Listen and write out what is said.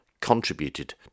contributed